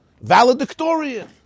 valedictorian